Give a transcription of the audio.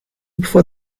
before